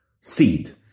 Seed